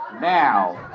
Now